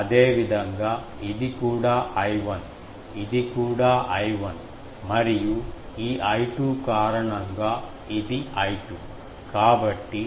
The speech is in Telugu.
అదేవిధంగా ఇది కూడా I1 ఇది కూడా I1 మరియు ఈ I2 కారణంగా ఇది I2